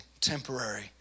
temporary